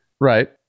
Right